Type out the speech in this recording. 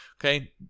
Okay